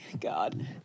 God